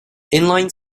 inline